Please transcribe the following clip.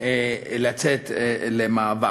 לצאת למאבק.